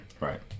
Right